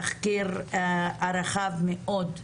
התחקיר הרחב מאוד,